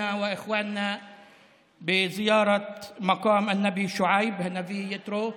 ואחֵינו לרגל ביקור מתחם הנביא שועייב,) הנביא יתרו.